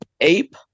ape